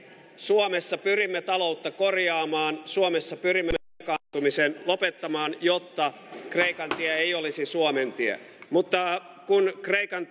suomessa pyrimme taloutta korjaamaan suomessa pyrimme velkaantumisen lopettamaan jotta kreikan tie ei olisi suomen tie mutta kun kreikan